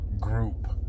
group